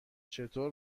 چطور